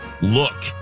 Look